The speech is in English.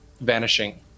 vanishing